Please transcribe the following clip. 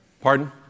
Pardon